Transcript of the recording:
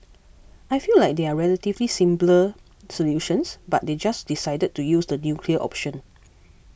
I feel like there are relatively simpler solutions but they just decided to use the nuclear option